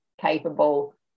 capable